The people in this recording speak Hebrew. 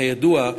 כידוע,